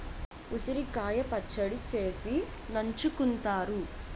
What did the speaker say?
ఉసిరికాయ పచ్చడి చేసి నంచుకుంతారు